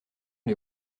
les